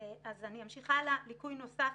ליקוי נוסף.